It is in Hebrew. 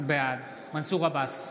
בעד מנסור עבאס,